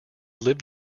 lived